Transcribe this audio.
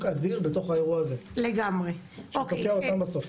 אדיר בתוך האירוע הזה שתוקע אותם בסוף.